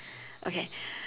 okay